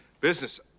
Business